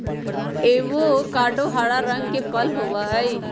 avocado हरा रंग के फल होबा हई